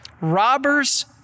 robbers